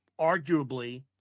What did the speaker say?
arguably